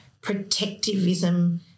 protectivism